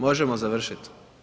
Možemo završit?